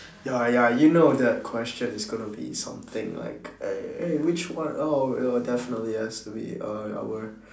ya ya you know that question is gonna be something like eh eh which one oh oh definitely it has to be err our